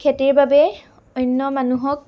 খেতিৰ বাবে অন্য মানুহক